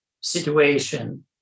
situation